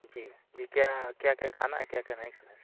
जी जी क्या क्या क्या खाना है क्या क्या नहीं खाना है सर